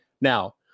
Now